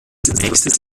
nächstes